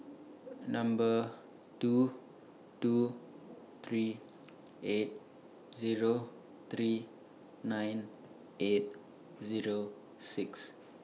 Number two two three eight Zero three nine eight Zero six